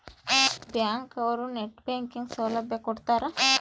bank ಅವ್ರು net banking ಸೌಲಭ್ಯ ಕೊಡ್ತಾರ